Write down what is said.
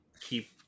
keep